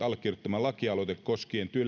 allekirjoittama lakialoite koskien